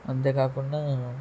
అంతే కాకుండా